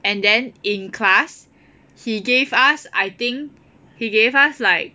and then in class he gave us I think he gave us like